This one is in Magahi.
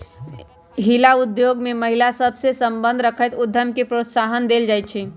हिला उद्योग में महिला सभ सए संबंध रखैत उद्यम के प्रोत्साहन देल जाइ छइ